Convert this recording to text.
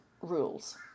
rules